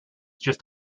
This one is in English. just